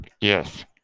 Yes